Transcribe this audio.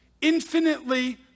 infinitely